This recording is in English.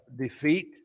defeat